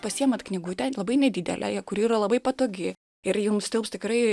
pasiemat knygutę labai nedidelę kuri yra labai patogi ir jums tilps tikrai